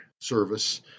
service